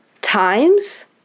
times